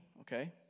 okay